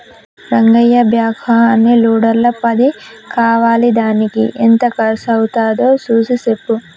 Rangayya backhoe అనే లోడర్ల పది కావాలిదానికి ఎంత కర్సు అవ్వుతాదో సూసి సెప్పు